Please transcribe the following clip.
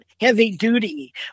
heavy-duty